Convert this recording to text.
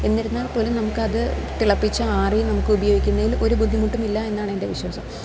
എന്നിരുന്നാല് പോലും നമുക്കത് തിളപ്പിച്ച് ആറി നമുക്ക് ഉപയോഗിക്കുന്നതിൽ ഒരു ബുദ്ധിമുട്ടുമില്ല എന്നാണെൻ്റെ വിശ്വാസം